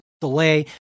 delay